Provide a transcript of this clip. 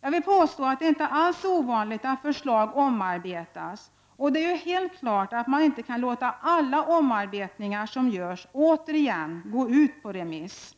Jag vill påstå att det inte alls är ovanligt att förslag omarbetas, och det är ju helt klart att man inte kan låta alla omarbetningar som görs återigen gå ut på remiss.